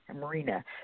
Marina